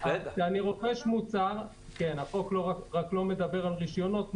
רק שהחוק לא מדבר על רישיונות,